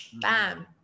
Bam